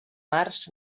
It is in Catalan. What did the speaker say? març